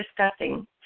discussing